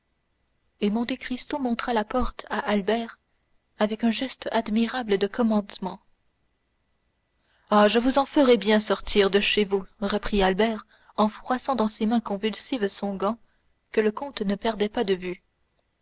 et monte cristo montra la porte à albert avec un geste admirable de commandement ah je vous en ferai bien sortir de chez vous reprit albert en froissant dans ses mains convulsives son gant que le comte ne perdait pas de vue